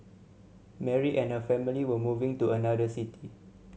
Mary and her family were moving to another city